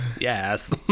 yes